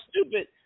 stupid